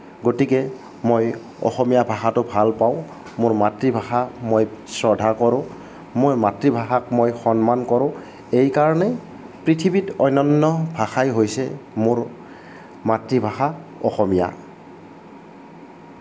গতিকে মই অসমীয়া ভাষাটোক ভাল পাওঁ মোৰ মাতৃভাষা মই শ্ৰদ্ধা কৰো মোৰ মাতৃভাষাক মই সন্মান কৰো এইকাৰণে পৃথিৱীত অনন্য ভাষাই হৈছে মোৰ মাতৃভাষা অসমীয়া